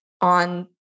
on